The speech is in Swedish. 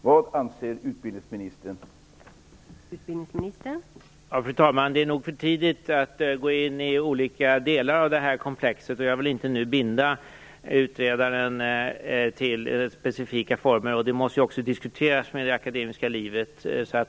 Vad anser utbildningsministern om detta?